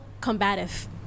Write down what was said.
combative